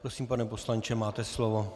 Prosím, pane poslanče, máte slovo.